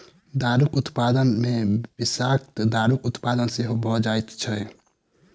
दारूक उत्पादन मे विषाक्त दारूक उत्पादन सेहो भ जाइत छै